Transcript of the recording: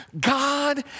God